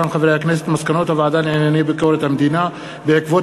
מסקנות הוועדה לענייני ביקורת המדינה בעקבות